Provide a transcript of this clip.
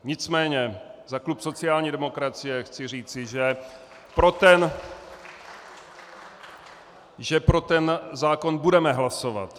Nicméně za klub sociální demokracie chci říci, že pro ten zákon budeme hlasovat.